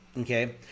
okay